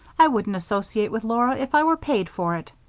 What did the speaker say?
i wouldn't associate with laura if i were paid for it.